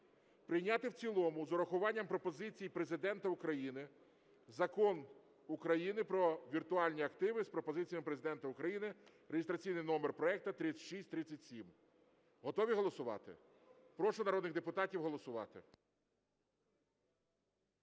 прийняти в цілому з урахуванням пропозицій Президента України Закон України "Про віртуальні активи" з пропозиціями Президента України (реєстраційний номер проекту 3637). Готові голосувати? Прошу народних депутатів голосувати.